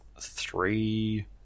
three